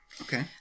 Okay